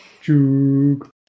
Juke